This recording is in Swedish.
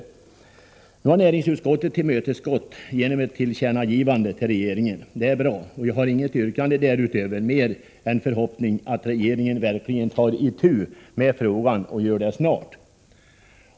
Nu har näringsutskottet tillmötesgått oss genom ett tillkännagivande till regeringen. Det är bra, och jag har inget yrkande därutöver utan bara en förhoppning att regeringen verkligen tar itu med frågan och gör det snart.